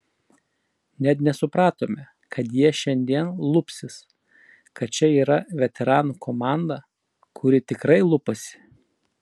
net nesupratome kad jie šiandien lupsis kad čia yra veteranų komanda kuri tikrai lupasi